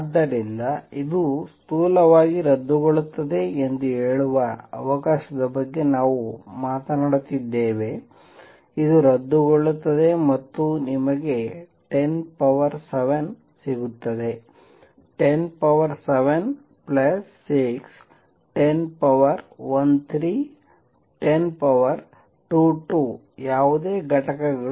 ಆದ್ದರಿಂದ ಇದು ಸ್ಥೂಲವಾಗಿ ರದ್ದುಗೊಳ್ಳುತ್ತದೆ ಎಂದು ಹೇಳುವ ಅವಕಾಶದ ಬಗ್ಗೆ ನಾವು ಮಾತನಾಡುತ್ತಿದ್ದೇವೆ ಇದು ರದ್ದುಗೊಳ್ಳುತ್ತದೆ ಮತ್ತು ನಿಮಗೆ 107 ಸಿಗುತ್ತದೆ 107 ಪ್ಲಸ್ 6 1013 1022 ಯಾವುದೇ ಘಟಕಗಳು